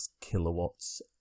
kilowatts